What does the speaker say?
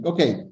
Okay